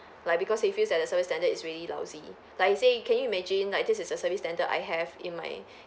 like because he feels that the service standard is really lousy like you say can you imagine like this is a service standard I have in my